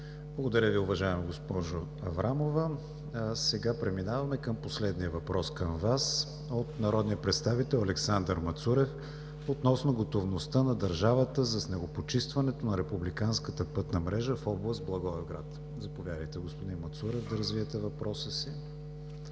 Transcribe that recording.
Благодаря Ви, уважаема госпожо Аврамова. Преминаваме към последния въпрос към Вас от народния представител Александър Мацурев относно готовността на държавата за снегопочистването на републиканската пътна мрежа в област Благоевград. Заповядайте, господин Мацурев, да развиете въпроса си.